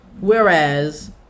Whereas